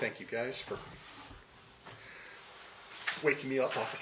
thank you guys for what can be